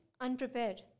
unprepared